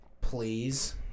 Please